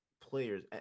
players